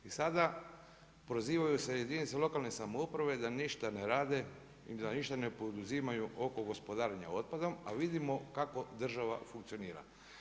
I sada prozivaju se jedinice lokalne samouprave da ništa ne rade, da ništa ne poduzimaju oko gospodarenja otpadom, a vidimo kako država funkcionira.